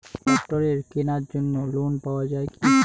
ট্রাক্টরের কেনার জন্য লোন পাওয়া যায় কি?